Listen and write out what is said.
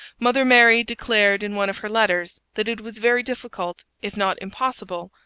mother mary declared in one of her letters that it was very difficult, if not impossible,